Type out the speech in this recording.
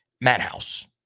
Madhouse